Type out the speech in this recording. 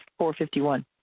451